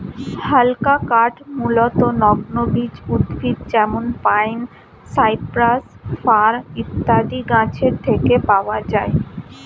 হালকা কাঠ মূলতঃ নগ্নবীজ উদ্ভিদ যেমন পাইন, সাইপ্রাস, ফার ইত্যাদি গাছের থেকে পাওয়া যায়